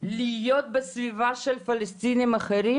להיות בסביבה של פלסטינים אחרים.